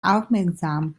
aufmerksam